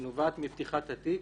היא נובעת מפתיחת התיק